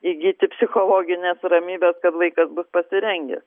įgyti psichologinės ramybės kad vaikas bus pasirengęs